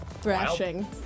thrashing